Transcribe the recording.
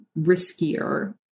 riskier